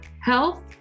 health